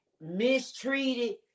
mistreated